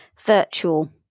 virtual